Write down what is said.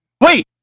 Wait